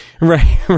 Right